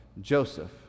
Joseph